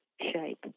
shape